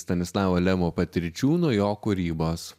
stanislavo lemo patirčių nuo jo kūrybos